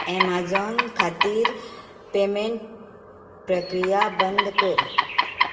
Amazon खातीर payment प्रक्रिया बंद कर